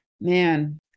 man